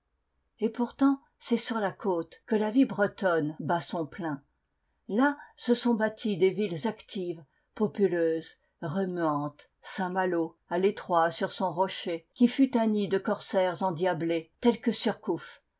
et pourtant c'est sur la côte que la vie bretonne bat son plein là se sont bâties des villes actives populeuses remuantes saint-malo à l'étroit sur son rocher qui fut un nid de corsaires endiablés tels que surcouf